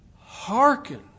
hearken